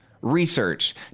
Research